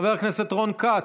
חבר הכנסת רון כץ,